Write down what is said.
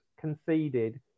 conceded